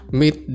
meet